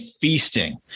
feasting